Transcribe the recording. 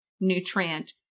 nutrient